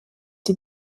sie